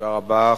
תודה רבה.